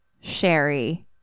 Sherry